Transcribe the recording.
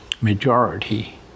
majority